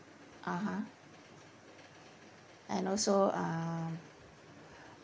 (uh huh) and also um